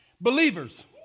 believers